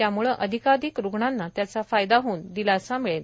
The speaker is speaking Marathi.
त्यामुळे अधिकाधिक रुग्णांना त्याचा फायदा होऊन दिलासा मिळेल